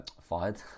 fired